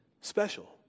special